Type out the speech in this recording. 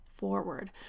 forward